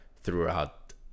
throughout